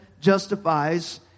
justifies